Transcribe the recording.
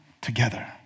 together